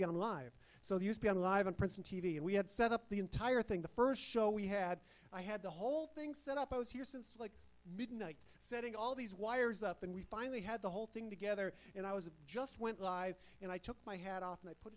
on live so used to live in princeton t v and we had set up the entire thing the first show we had i had the whole thing set up i was here since like midnight setting all these wires up and we finally had the whole thing together and i was just went live and i took my hat off and